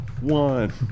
One